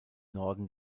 norden